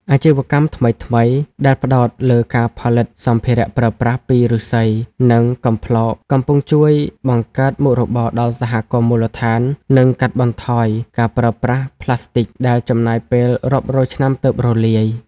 អាជីវកម្មថ្មីៗដែលផ្ដោតលើការផលិតសម្ភារៈប្រើប្រាស់ពី "ឬស្សី" និង "កំប្លោក" កំពុងជួយបង្កើតមុខរបរដល់សហគមន៍មូលដ្ឋាន និងកាត់បន្ថយការប្រើប្រាស់ប្លាស្ទិកដែលចំណាយពេលរាប់រយឆ្នាំទើបរលាយ។